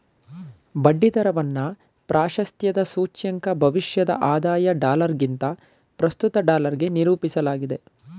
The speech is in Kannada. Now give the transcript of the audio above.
ಬಡ್ಡಿ ದರವನ್ನ ಪ್ರಾಶಸ್ತ್ಯದ ಸೂಚ್ಯಂಕ ಭವಿಷ್ಯದ ಆದಾಯದ ಡಾಲರ್ಗಿಂತ ಪ್ರಸ್ತುತ ಡಾಲರ್ಗೆ ನಿರೂಪಿಸಲಾಗಿದೆ